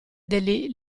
degli